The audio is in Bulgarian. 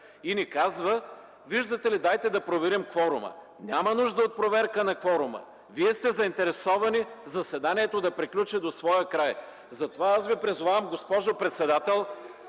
и ни казва: виждате ли, дайте да проверим кворума! Няма нужда от проверка на кворума! Вие сте заинтересовани заседанието да приключи до своя край! Аз Ви призовавам, госпожо председател